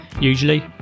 usually